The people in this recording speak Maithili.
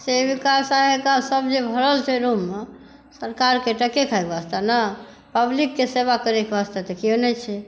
सेविका सहायिका सब जे भरल छै रूममे सरकारके टाके खाइ भी कऽ वास्ते ने पब्लिकके सेवा करैक वास्ते तऽ केओ नहि छै